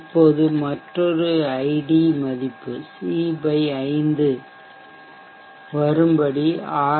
இப்போது மற்றொரு ஐடி மதிப்பு சி 5 வரும்படி ஆர்